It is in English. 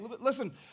Listen